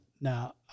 Now